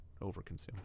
overconsume